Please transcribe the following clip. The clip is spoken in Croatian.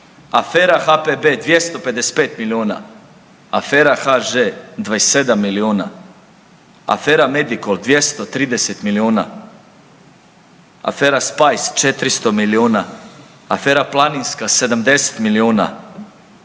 afera HPB 255 milijuna, afera HŽ 27 milijuna, afera Medicol 230 milijuna, afera Spice 400 milijuna, afera Planinska 70 milijuna,